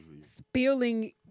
spilling